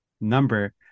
number